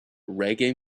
reggae